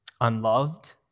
unloved